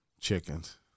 Chickens